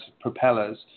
propellers